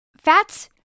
fats